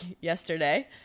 yesterday